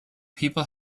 people